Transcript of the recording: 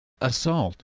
assault